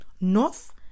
north